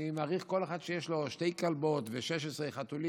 אני מעריך שכל אחד שיש לו שתי כלבות ו-16 חתולים,